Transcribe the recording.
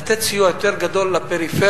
לתת סיוע יותר גדול לפריפריה.